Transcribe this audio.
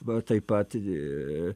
va taip pat